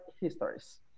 histories